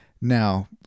Now